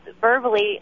verbally